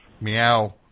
meow